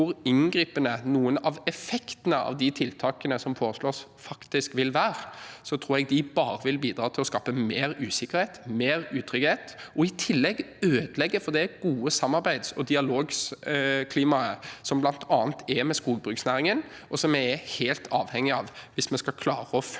hvor inngripende noen av effektene av de tiltakene som foreslås, faktisk vil være, tror jeg de bare vil bidra til å skape mer usikkerhet og mer utrygghet og i tillegg ødelegge for det gode samarbeids- og dialogklimaet som bl.a. er med skogbruksnæringen, og som vi er helt avhengige av hvis vi skal klare å følge